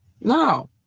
No